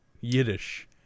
Yiddish